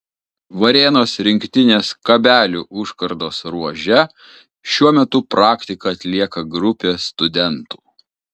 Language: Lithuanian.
varėnos rinktinės kabelių užkardos ruože šiuo metu praktiką atlieka grupė studentų